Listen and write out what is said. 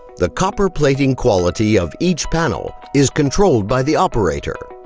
the copper plating quality of each panel is controlled by the operator.